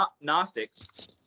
Gnostics